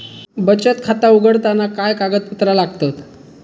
बचत खाता उघडताना काय कागदपत्रा लागतत?